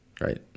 Right